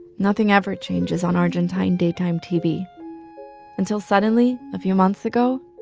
nothing ever changes on argentine daytime tv until suddenly a few months ago,